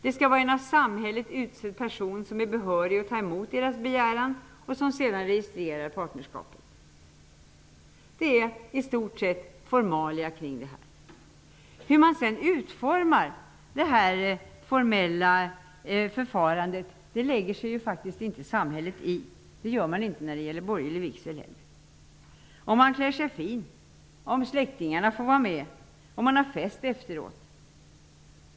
Det skall vara en av samhället utsedd behörig person som tar emot deras begäran och som sedan registrerar partnerskapet. Det är i stort sett formalia kring detta. Hur detta formella förfarande sedan utformas lägger sig samhället faktiskt inte i. Inte heller när det gäller en borgerlig vigsel bryr sig samhället om ifall man klär sig fin, om släktingar får vara med eller om man har en fest efteråt.